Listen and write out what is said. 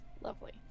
lovely